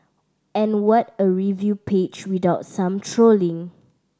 and what a review page without some trolling